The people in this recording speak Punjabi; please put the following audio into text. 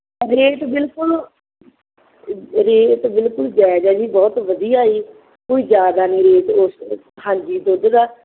ਰੇਟ ਬਿਲਕੁਲ ਰੇਟ ਬਿਲਕੁਲ ਜਾਇਜ਼ ਹੈ ਜੀ ਬਹੁਤ ਵਧੀਆ ਜੀ ਕੋਈ ਜ਼ਿਆਦਾ ਨਹੀਂ ਰੇਟ ਉਸਦੇ ਹਾਂਜੀ ਦੁੱਧ ਦਾ